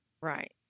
Right